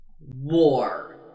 War